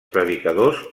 predicadors